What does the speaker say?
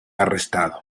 arrestado